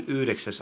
asia